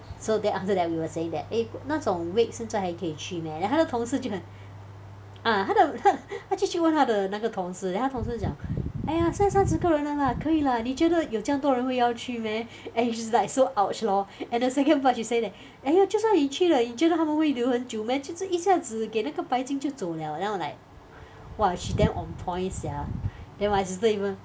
so then after that we were saying that eh 那种 wake 现在还可以去 meh then 她的同事就很 uh 她的她她就去问他的那个同事 then 她的同事讲 !aiya! 现在三十个人了 lah 可以 lah 你觉得有这样多人会要去 meh and which is like so !ouch! lor and the second part she say that !aiya! 就算去你去了你觉得他们会留很久 meh 就坐一下子给那个白金就走 liao then I'm like !wah! she damn on point sia then my sister even